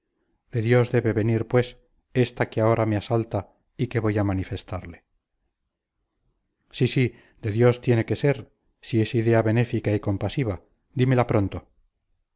de dios debe de venir pues esta que ahora me asalta y que voy a manifestarle sí sí de dios tiene que ser si es idea benéfica y compasiva dímela pronto